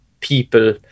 people